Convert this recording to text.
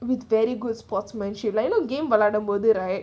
with very good sportsmanship like game by வெளாடும்போது: velaarumpodhu right